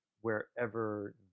wherever